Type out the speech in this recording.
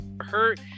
hurt